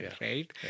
right